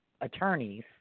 attorneys